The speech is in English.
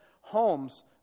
homes